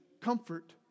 comfort